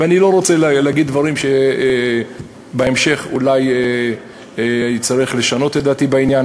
ואני לא רוצה להגיד דברים שבהמשך אולי אצטרך לשנות את דעתי בעניין.